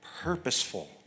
purposeful